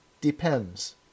depends